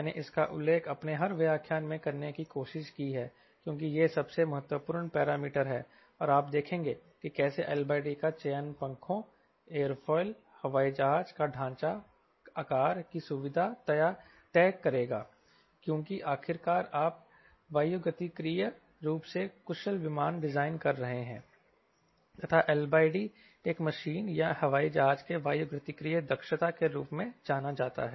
मैंने इसका उल्लेख अपने हर व्याख्यान में करने की कोशिश की है क्योंकि यह सबसे महत्वपूर्ण पैरामीटर है और आप देखेंगे कि कैसे LD का चयन पंखों एयरफॉयल हवाई जहाज का ढांचा आकार की सुविधा तय करेगा क्योंकि आखिरकार आप वायुगतिकीय रूप से कुशल विमान डिजाइन कर रहे हैं तथा LD एक मशीन या हवाई जहाज के वायुगतिकीय दक्षता के रूप में जाना जाता है